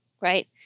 right